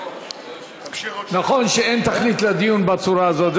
נכון שאין תכלית לדיון בצורה הזאת,